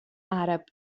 àrab